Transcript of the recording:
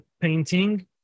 painting